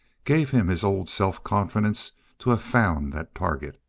gave him his old self-confidence to have found that target.